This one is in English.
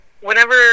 whenever